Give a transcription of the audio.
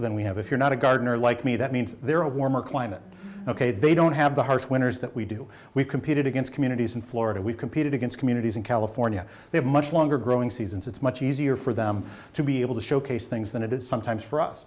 than we have if you're not a gardener like me that means there are a warmer climate ok they don't have the harsh winters that we do we competed against communities in florida we competed against communities in california they have much longer growing seasons it's much easier for them to be able to showcase things than it is sometimes for us